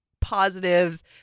positives